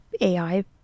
AI